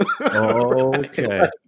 Okay